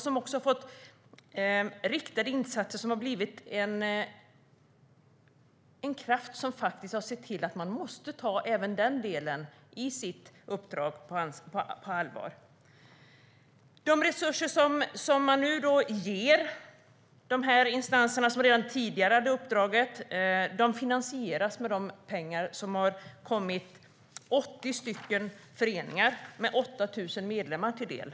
Man har fått riktade insatser som har blivit en kraft som faktiskt har sett till att man måste ta även den delen i sitt uppdrag på allvar. Resurserna man nu ger de instanser som redan tidigare hade uppdraget finansieras med de pengar som har kommit 80 föreningar med 8 000 medlemmar till del.